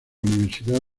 universidad